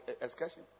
excursion